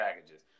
packages